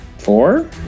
Four